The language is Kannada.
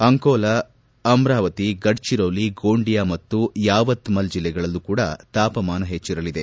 ಅಕೋಲಾ ಅಮ್ರಾವತಿ ಗಡ್ಲಿರೋಲಿ ಗೋಂಡಿಯಾ ಮತ್ತು ಯಾವತ್ಮಲ್ ಜಿಲ್ಲೆಗಳಲ್ಲೂ ತಾಪಮಾನ ಹೆಚ್ಲರಲಿದೆ